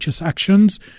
actions